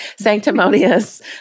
Sanctimonious